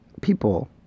people